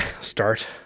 start